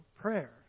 prayer